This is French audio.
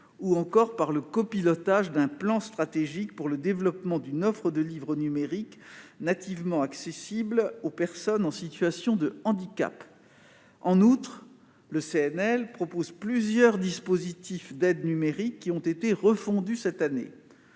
ou encore le copilotage d'un plan stratégique pour le développement d'une offre de livres numériques nativement accessibles aux personnes en situation de handicap. En outre, le Centre national du livre (CNL) propose plusieurs dispositifs d'aide numérique, qui ont été refondus cette année.